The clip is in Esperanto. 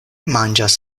manĝas